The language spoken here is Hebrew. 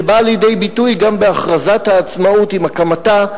שבאה לידי ביטוי גם בהכרזת העצמאות עם הקמתה,